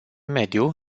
mediu